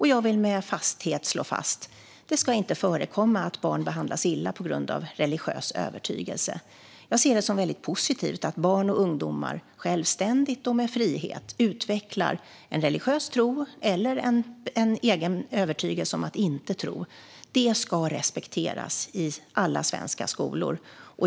Jag vill slå fast att det inte ska förekomma att barn behandlas illa på grund av religiös övertygelse. Jag ser det som väldigt positivt att barn och ungdomar självständigt och med frihet utvecklar en religiös tro eller en egen övertygelse om att inte tro. Det ska respekteras i alla svenska skolor.